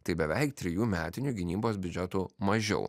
tai beveik trijų metinių gynybos biudžetų mažiau